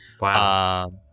Wow